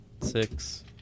six